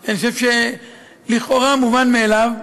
אני חושב שזה דבר לכאורה מובן מאליו,